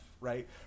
right